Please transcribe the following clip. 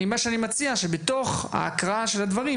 אני מציע שבתוך ההקראה של הדברים,